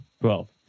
Twelve